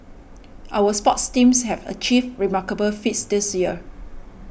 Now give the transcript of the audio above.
our sports teams have achieved remarkable feats this year